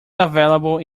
available